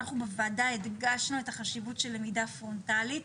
אנחנו בוועדה הדגשנו את החשיבות של למידה פרונטלית.